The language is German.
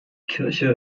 kirche